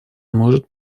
может